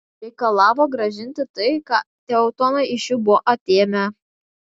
reikalavo grąžinti tai ką teutonai iš jų buvo atėmę